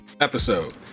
episode